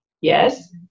Yes